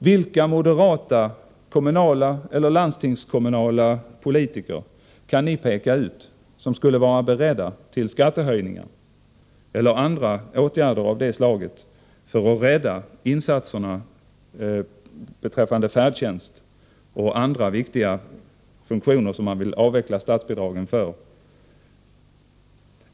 Vilka moderata kommunala eller landstingskommunala politiker kan ni peka ut som skulle vara beredda till skattehöjningar eller andra åtgärder av det slaget för att rädda insatserna beträffande färdtjänst och andra viktiga funktioner som moderaterna vill avveckla statsbidragen till?